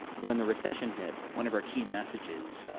when the recession hit, one of our key messages,